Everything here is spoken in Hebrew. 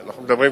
מתוסכל.